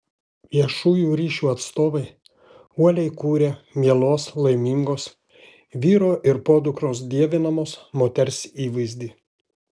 viešųjų ryšių atstovai uoliai kūrė mielos laimingos vyro ir podukros dievinamos moters įvaizdį